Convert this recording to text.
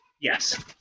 Yes